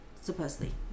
supposedly